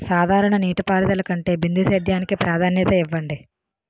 సాధారణ నీటిపారుదల కంటే బిందు సేద్యానికి ప్రాధాన్యత ఇవ్వండి